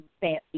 fancy